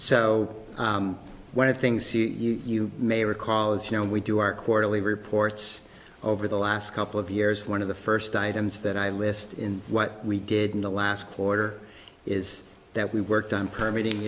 so one of things you may recall is you know we do our quarterly reports over the last couple of years one of the first items that i listed in what we did in the last quarter is that we worked on permitting